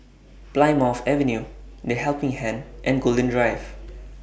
Plymouth Avenue The Helping Hand and Golden Drive